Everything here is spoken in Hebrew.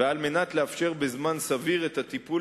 ועל מנת לאפשר בזמן סביר את הטיפול